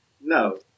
No